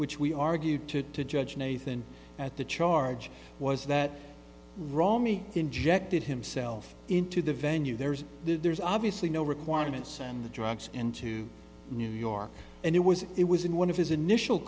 which we argued to to judge nathan at the charge was that romney injected himself into the venue there's there's obviously no requirements and the drugs into new york and it was it was in one of his initial